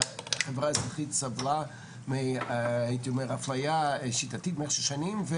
החברה הערבית סבלה מאפליה שיטתית במשך שנים,